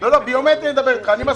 מסתובבים בהרבה מקומות.